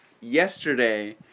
yesterday